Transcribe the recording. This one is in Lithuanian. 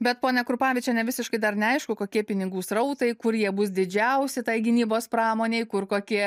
bet ponia krupavičiene visiškai dar neaišku kokie pinigų srautai kur jie bus didžiausi tai gynybos pramonei kur kokie